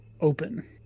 open